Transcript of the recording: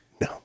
No